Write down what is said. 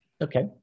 Okay